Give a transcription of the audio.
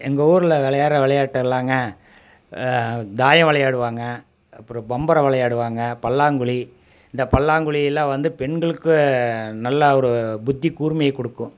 எங்கள் ஊரில் விளையாடுற விளையாட்டெல்லாங்க தாயம் விளையாடுவாங்க அப்புறம் பம்பரம் விளையாடுவாங்க பல்லாங்குழி இந்த பல்லாங்குழிலாம் வந்து பெண்களுக்கு நல்ல ஒரு புத்தி கூர்மையை கொடுக்கும்